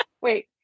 wait